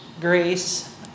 grace